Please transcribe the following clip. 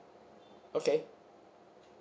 okay